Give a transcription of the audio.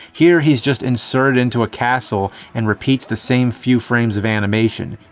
here, he's just inserted into a castle and repeats the same few frames of animation.